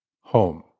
home